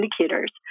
indicators